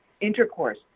intercourse